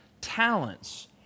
talents